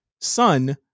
son